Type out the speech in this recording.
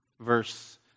verse